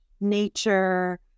nature